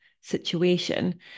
situation